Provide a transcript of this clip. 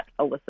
Alyssa